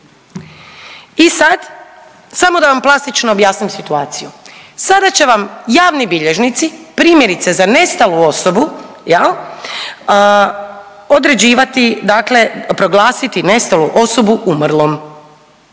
I sad samo da vam plastično objasnim situaciju. Sada će vam javni bilježnici primjerice za nestalu osobu jel određivati dakle proglasiti nestalu osobu umrlom.